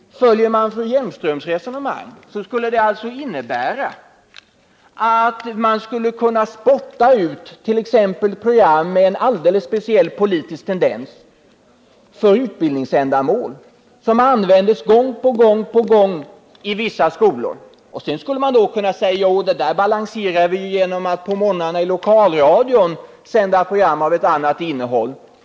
Följer man fru Hjelmströms resonemang, skulle det innebära att man skulle kunna spotta ut t.ex. program med en alldeles speciell politisk tendens för utbildningsändamål, som användes gång på gång i vissa skolor. Sedan skulle man kunna säga: Ja, det där balanserar vi genom att på morgnarna i lokalradion sända program av ett annat innehåll.